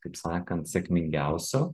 kaip sakant sėkmingiausių